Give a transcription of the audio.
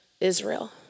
Israel